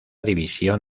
división